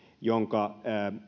jonka